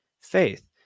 faith